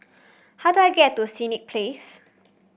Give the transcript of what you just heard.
how do I get to Senett Place